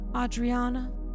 Adriana